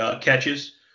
catches